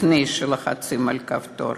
לפני שלוחצים על כפתור,